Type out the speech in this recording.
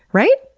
right?